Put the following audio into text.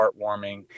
heartwarming